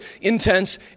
intense